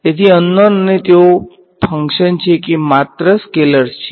તેથી unknown અને તેઓ ફંક્શન છે કે માત્ર સ્કેલર્સ છે